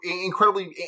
incredibly